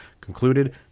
concluded